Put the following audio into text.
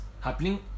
happening